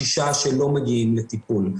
ששה שלא מגיעים לטיפול.